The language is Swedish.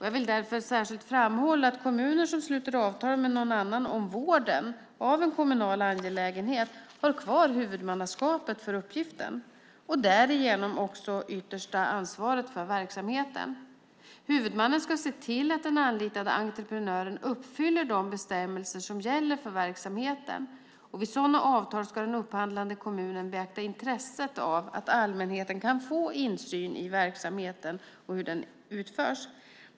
Jag vill därför särskilt framhålla att kommuner som sluter avtal med någon annan om vården av en kommunal angelägenhet har kvar huvudmannaskapet för uppgiften och därigenom också det yttersta ansvaret för verksamheten. Huvudmannen ska se till att den anlitade entreprenören uppfyller de bestämmelser som gäller för verksamheten. Vid sådana avtal ska den upphandlande kommunen beakta intresset av att allmänheten kan få insyn i hur verksamheten utförs.